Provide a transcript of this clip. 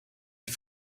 die